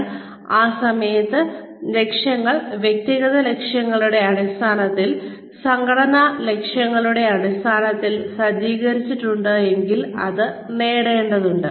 അതിനാൽ ആ സമയത്ത് ലക്ഷ്യങ്ങൾ വ്യക്തിഗത ലക്ഷ്യങ്ങളുടെ അടിസ്ഥാനത്തിൽ സംഘടനാ ലക്ഷ്യങ്ങളുടെ അടിസ്ഥാനത്തിൽ സജ്ജീകരിച്ചിട്ടുണ്ടെങ്കിൽ അത് നേടേണ്ടതുണ്ട്